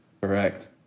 Correct